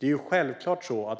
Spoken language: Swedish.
ska ske.